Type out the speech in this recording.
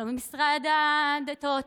לא ממשרד הדתות,